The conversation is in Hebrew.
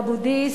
אבו-דיס.